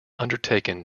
undertaken